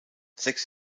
sechs